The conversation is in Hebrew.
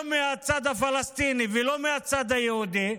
לא מהצד הפלסטיני ולא מהצד היהודי.